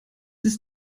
ist